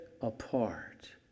apart